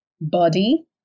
body